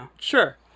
Sure